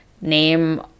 name